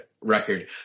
record